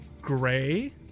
gray